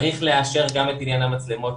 צריך לאשר גם את עניין המצלמות.